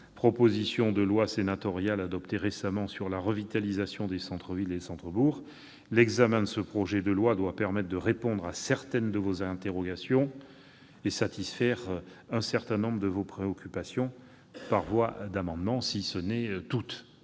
proposition de loi sénatoriale adoptée récemment sur la revitalisation des centres-villes et des centres-bourgs, l'examen du présent projet de loi doit permettre de répondre à certaines de vos interrogations et satisfaire nombre de vos préoccupations. Je citerai à cet égard